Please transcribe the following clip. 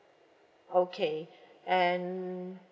okay and